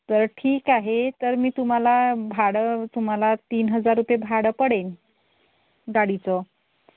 तर ठीक आहे तर मी तुम्हाला भाडं तुम्हाला तीन हजार रुपये भाडं पडेल गाडीचं